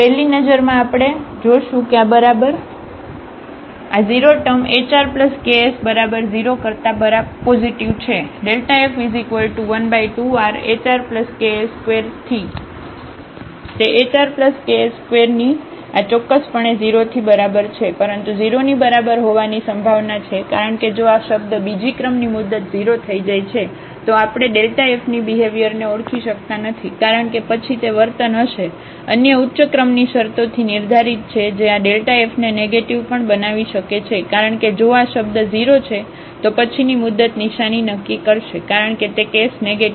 ફસ્ટનજરમાં આપણે જોશું કે આ બરાબર આ 0 ટર્મ hrksબરાબર 0 કરતા બરાબર પોઝિટિવ છે f12rhrks2 તે hrks2 તેથી આ ચોક્કસપણે 0 થી બરાબર છે પરંતુ 0 ની બરાબર હોવાની સંભાવના છે કારણ કે જો આ શબ્દ બીજી ક્રમની મુદત 0 થઈ જાય છે તો આપણે f ની બિહેવ્યરને ઓળખી શકતા નથી કારણ કે પછી તે વર્તન હશે અન્ય ઉચ્ચ ક્રમની શરતોથી નિર્ધારિત છે જે આ f ને નેગેટીવ પણ બનાવી શકે છે કારણ કે જો આ શબ્દ 0 છે તો પછીની મુદત નિશાની નક્કી કરશે કારણ કે તે કેસ નેગેટીવ છે